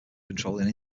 controlling